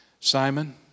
Simon